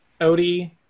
Odie